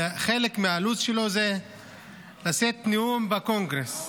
חלק מהלו"ז שלו זה לשאת נאום בקונגרס.